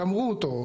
גמרו אותו,